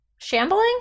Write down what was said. shambling